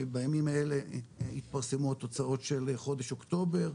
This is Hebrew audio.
בימים האלה התפרסמו התוצאות של חודש אוקטובר,